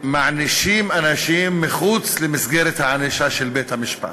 שמענישים אנשים מחוץ למסגרת הענישה של בית-המשפט.